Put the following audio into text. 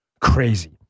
crazy